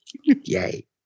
yay